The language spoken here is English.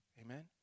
Amen